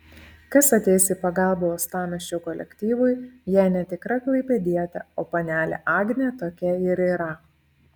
kas ateis į pagalbą uostamiesčio kolektyvui jei ne tikra klaipėdietė o panelė agnė tokia ir yra